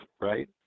right